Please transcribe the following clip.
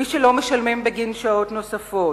מי שלא משלמים בגין שעות נוספות,